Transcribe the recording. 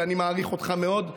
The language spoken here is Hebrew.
ואני מעריך אותך מאוד,